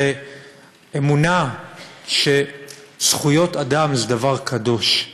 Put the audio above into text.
זה אמונה שזכויות אדם זה דבר קדוש.